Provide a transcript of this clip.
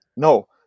No